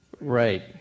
Right